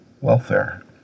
welfare